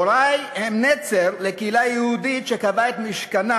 הורי הם נצר לקהילה יהודית שקבעה את משכנה